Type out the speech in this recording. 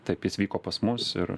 taip jis vyko pas mus ir